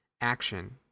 action